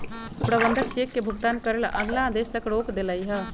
प्रबंधक चेक के भुगतान करे ला अगला आदेश तक रोक देलई ह